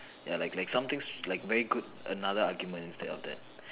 ya like like something very good another argument instead of that